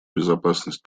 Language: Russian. безопасность